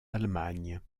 allemagne